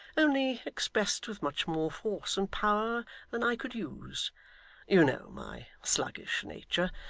only expressed with much more force and power than i could use you know my sluggish nature,